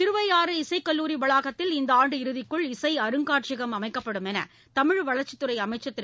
திருவையாறு இசைக்கல்லூரி வளாகத்தில் இந்தஆண்டு இறதிக்குள் இசைஅருங்காட்சியகம் அமைக்கப்படும் என்றுதமிழ் வளர்ச்சித் துறைஅமைச்சர் திரு